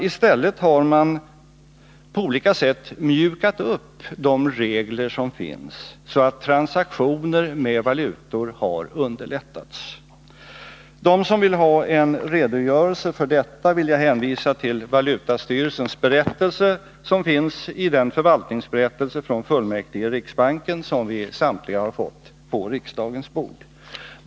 I stället har man på olika sätt mjukat upp de regler som finns, så att transaktioner med valutor har underlättats. De som vill ha en redogörelse för detta kan jag hänvisa till valutastyrelsens berättelse, som finns i den förvaltningsberättelse från fullmäktige i riksbanken som vi samtliga har fått på riksdagens bord.